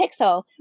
pixel